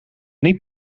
niet